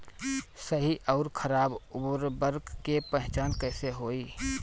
सही अउर खराब उर्बरक के पहचान कैसे होई?